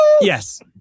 yes